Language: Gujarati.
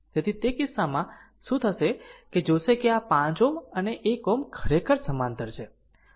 તેથી તે કિસ્સામાં શું થશે તે જોશે કે 5 Ω અને 1 Ω ખરેખર સમાંતર છે